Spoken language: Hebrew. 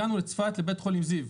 הגענו לצפת, לבית חולים זיו,